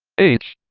h,